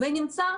בביקורת נמצא,